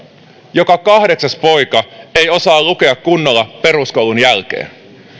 joka kahdeksas poika ei osaa lukea kunnolla peruskoulun jälkeen